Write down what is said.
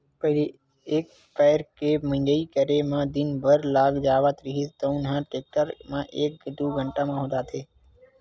पहिली एक पैर के मिंजई करे म दिन भर लाग जावत रिहिस तउन ह टेक्टर म एक दू घंटा म हो जाथे